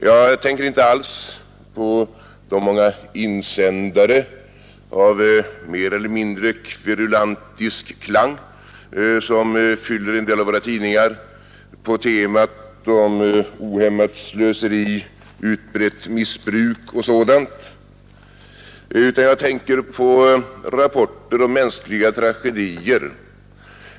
Jag tänker inte alls på de många insändare med mer eller mindre kverulantisk klang som fyller en del av våra tidningar, på temat ohämmat slöseri, utbrett missbruk osv., utan jag tänker på rapporter om mänskliga tragedier.